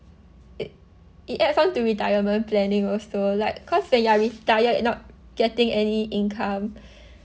it it adds on to retirement planning also like cause when you're retired not getting any income